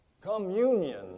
Communion